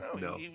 No